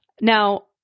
Now